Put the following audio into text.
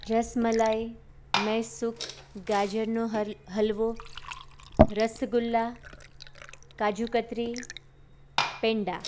રસમલાઈ મેસુબ ગાજરનો હલવો રસગુલ્લા કાજુકતરી પેંડા